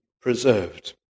preserved